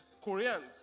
Koreans